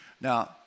Now